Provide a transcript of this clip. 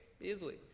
easily